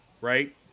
right